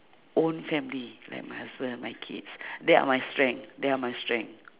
own family like my husband and my kids they are my strength they are my strength